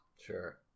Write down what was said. Sure